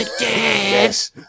Yes